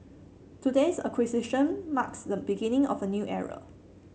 today's acquisition marks the beginning of a new era